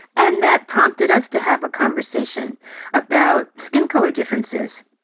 and that prompted us to have a conversation about skin color differences.